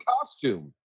costume